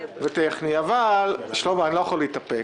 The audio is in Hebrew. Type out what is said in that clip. אבל שלמה, אני לא יכול להתאפק.